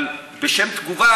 בשם תגובה,